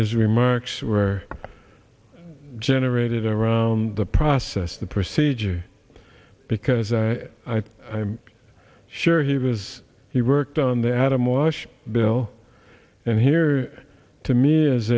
his remarks were generated around the process the procedure because i'm sure he was he worked on the adam walsh bill and here to me